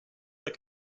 that